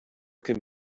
can